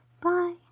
bye